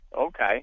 Okay